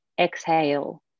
Exhale